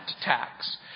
tax